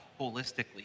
holistically